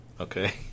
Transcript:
Okay